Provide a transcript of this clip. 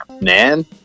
man